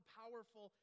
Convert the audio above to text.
powerful